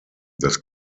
das